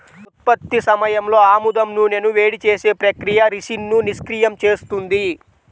ఉత్పత్తి సమయంలో ఆముదం నూనెను వేడి చేసే ప్రక్రియ రిసిన్ను నిష్క్రియం చేస్తుంది